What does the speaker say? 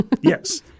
Yes